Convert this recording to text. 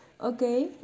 Okay